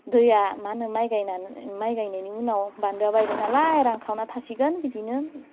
दैया मा होनो माय गायनानै माय गायनायनि उनाव बान्दोआ बायबाय नालाय रानखावना थासिगोन बिदिनो